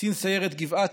קצין סיירת גבעתי,